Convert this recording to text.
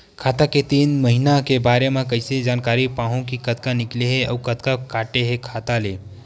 खाता के तीन महिना के बारे मा कइसे जानकारी पाहूं कि कतका निकले हे अउ कतका काटे हे खाता ले?